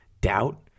doubt